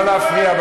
לא להפריע,